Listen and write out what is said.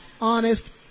honest